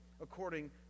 according